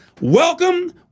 Welcome